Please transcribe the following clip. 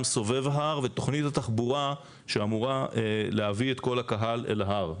סובב ההר; ותוכנית התחבורה שאמורה להביא את כל הקהל אל ההר.